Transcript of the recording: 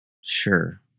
Sure